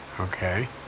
Okay